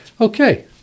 Okay